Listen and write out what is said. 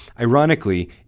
Ironically